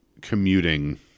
commuting